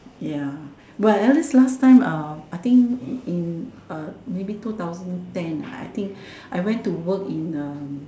ya but at least last time uh I think in uh maybe two thousand ten uh I think I went to work in um